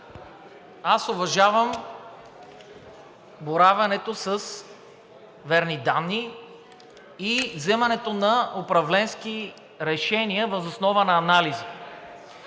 аз уважавам боравенето с верни данни и вземането на управленски решения въз основа на анализи.